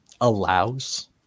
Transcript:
allows